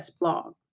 blog